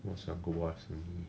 what's a good wife to me